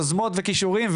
יוזמות וכישורים,